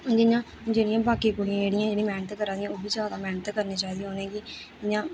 जियां जेह्ड़ियां बाकी कुड़ियां जेह्ड़ियां जेह्ड़ियां मेह्नत करा दियां उब्बी जैदा मेह्नत करनी चाहिदी उ'नेंगी इ'यां